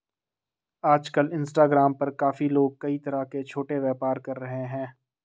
आजकल इंस्टाग्राम पर काफी लोग कई तरह के छोटे व्यापार कर रहे हैं